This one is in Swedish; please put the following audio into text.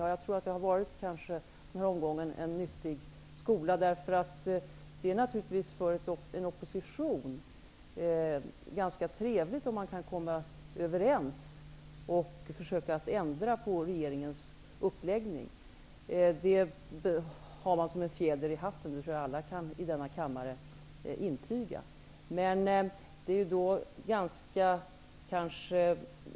Ja, jag tror att det den här gången kanske har varit en nyttig skola. Det är naturligtvis ganska trevligt för en opposition om man kan komma överens och försöka att ändra på regeringens uppläggning. Det har man som en fjäder i hatten. Det tror jag att alla i denna kammare kan intyga.